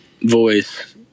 voice